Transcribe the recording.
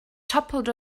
toppled